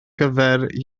gyfer